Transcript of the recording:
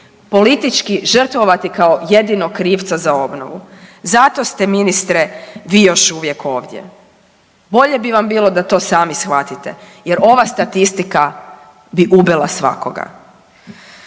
politički žrtvovati kao jedinog krivca za obnovu. Zato ste ministre vi još uvijek ovdje. Bolje bi vam bilo da to sami shvatite jer ova statistika bi ubila svakoga.